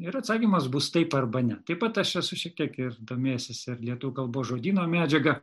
ir atsakymas bus taip arba ne taip pat aš esu šiek tiek ir domėjęsis ir lietuvių kalbos žodyno medžiaga